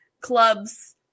clubs